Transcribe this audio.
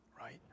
right